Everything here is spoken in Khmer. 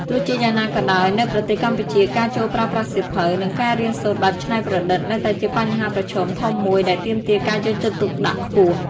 ទោះជាយ៉ាងណាក៏ដោយ នៅប្រទេសកម្ពុជា ការចូលប្រើប្រាស់សៀវភៅ និងការរៀនសូត្របែបច្នៃប្រឌិតនៅតែជាបញ្ហាប្រឈមធំមួយដែលទាមទារការយកចិត្តទុកដាក់ខ្ពស់។